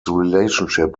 relationship